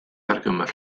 argymell